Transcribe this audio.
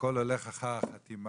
הכל הולך אחר החתימה.